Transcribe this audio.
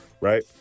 right